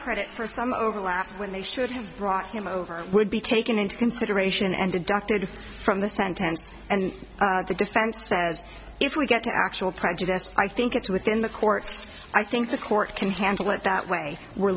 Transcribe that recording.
credit for some overlap when they should have brought him over would be taken into consideration and deducted from the sentence and the defense says if we get to actual prejudice i think it's within the courts i think the court can handle it that way we're